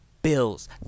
Bills